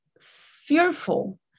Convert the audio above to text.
fearful